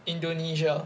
indonesia